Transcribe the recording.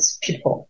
people